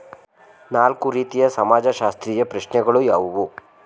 ನಾಲ್ಕು ರೀತಿಯ ಸಮಾಜಶಾಸ್ತ್ರೀಯ ಪ್ರಶ್ನೆಗಳು ಯಾವುವು?